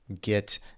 get